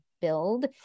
build